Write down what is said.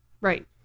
Right